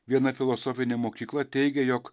viena filosofinė mokykla teigia jog